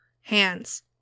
Hands